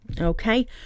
Okay